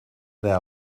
their